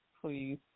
Please